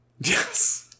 yes